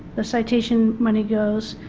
the citation money goes,